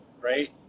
right